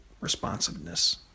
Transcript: responsiveness